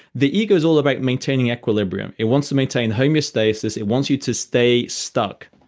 the ego's all about maintaining equilibrium. it wants to maintain homeostasis. it wants you to stay stuck.